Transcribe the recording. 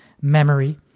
memory